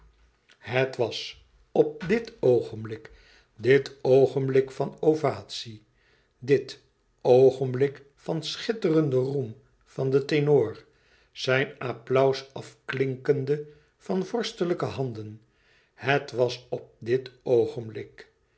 het was op dit oogenblik dit oogenblik van ovatie dit oogenblik van schitterenden roem van den tenor zijn applaus afklinkende van vorstelijke handen het was op dit oogenblik